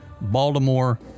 Baltimore